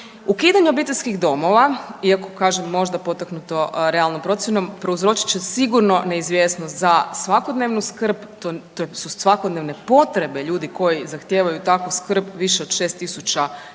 Ukidanje obiteljskih domova, iako kažem, možda potaknuto realnom procjenom, prouzročit će sigurno neizvjesnost za svakodnevnu skrb, to su svakodnevne potrebe ljudi koji zahtijevaju takvu skrb, više od 6 000 ljudi